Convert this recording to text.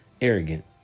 arrogant